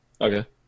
Okay